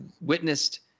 witnessed